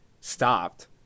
stopped